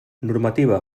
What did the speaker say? normativa